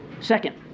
Second